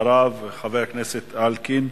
אחריו, חבר הכנסת זאב אלקין,